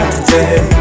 Today